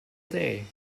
day